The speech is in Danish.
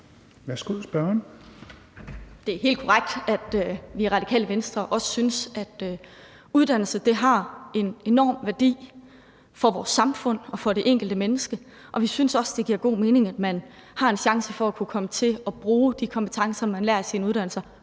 Robsøe (RV): Det er helt korrekt, at vi i Det Radikale Venstre også synes, at uddannelse har en enorm værdi for vores samfund og for det enkelte menneske, og vi synes også, at det giver god mening, at man har en chance for at kunne komme til at bruge de kompetencer, man lærer i sine uddannelser,